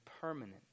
permanent